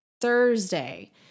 Thursday